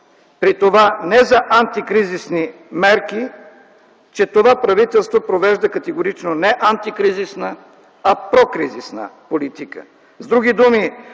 при това не за антикризисни мерки, това правителство провежда категорично не антикризисна, а прокризисна политика.